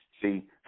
See